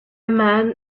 man